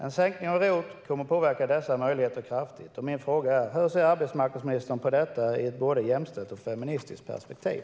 En sänkning av ROT-avdraget kommer att påverka dessa möjligheter kraftigt. Min fråga är: Hur ser arbetsmarknadsministern på detta ur ett jämställt och feministiskt perspektiv?